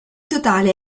totale